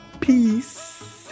peace